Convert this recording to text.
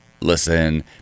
listen